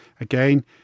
again